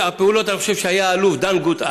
אני חושב שהיה האלוף דנגוט,